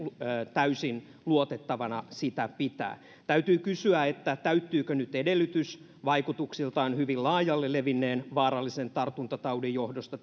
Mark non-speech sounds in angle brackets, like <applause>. täysin luotettavana sitä pitää täytyy kysyä täyttyykö nyt vaikutuksiltaan hyvin laajalle levinneen vaarallisen tartuntataudin johdosta <unintelligible>